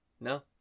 No